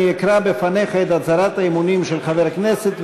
אני אקרא בפניך את הצהרת האמונים של חבר הכנסת,